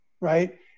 right